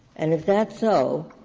and if that's so,